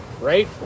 right